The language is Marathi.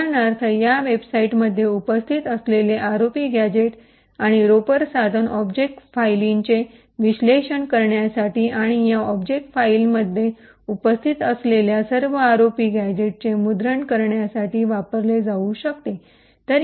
उदाहरणार्थ या वेबसाइट्समध्ये उपस्थित असलेले आरओपी गॅझेट आणि रॉपर साधन ऑब्जेक्ट फायलींचे विश्लेषण करण्यासाठी आणि या ऑब्जेक्ट फाइल्समध्ये उपस्थित असलेल्या सर्व आरओपी गॅझेटचे मुद्रण करण्यासाठी वापरले जाऊ शकते